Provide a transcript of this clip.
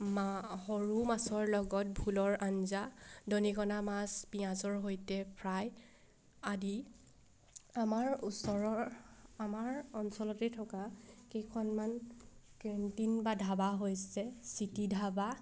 মা সৰু মাছৰ লগত ভোলৰ আঞ্জা দণিকনা মাছ পিঁয়াজৰ সৈতে ফ্ৰাই আদি আমাৰ ওচৰৰ আমাৰ অঞ্চলতে থকা কেইখনমান কেণ্টিন বা ঢাবা হৈছে চিটি ধাবা